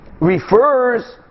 refers